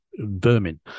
vermin